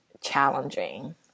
challenging